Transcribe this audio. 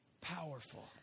powerful